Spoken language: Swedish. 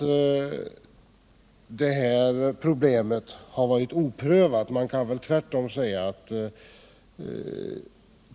Det problemet har ingalunda varit oprövat.